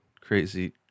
crazy